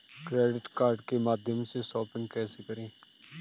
Credit card के माध्यम से शॉपिंग कैसे करें?